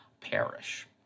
perish